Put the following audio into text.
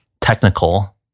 technical